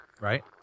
right